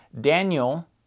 Daniel